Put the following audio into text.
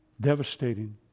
Devastating